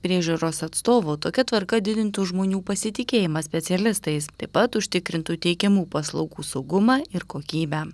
priežiūros atstovo tokia tvarka didintų žmonių pasitikėjimą specialistais taip pat užtikrintų teikiamų paslaugų saugumą ir kokybę